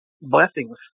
blessings